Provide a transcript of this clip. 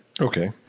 Okay